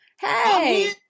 Hey